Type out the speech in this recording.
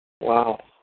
Wow